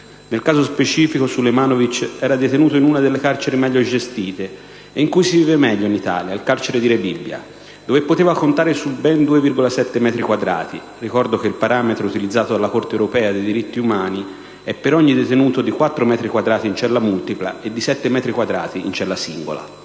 Nel caso specifico, Sulejmanovic era detenuto in una delle carceri meglio gestite e in cui si vive meglio in Italia, il carcere di Rebibbia, dove poteva contare su ben 2,7 metri quadrati. Ricordo che il parametro utilizzato dalla Corte europea dei diritti umani è, per ogni detenuto, di quattro metri quadrati in cella multipla e di sette metri quadrati in cella singola.